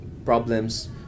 problems